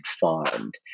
find